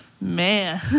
man